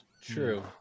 True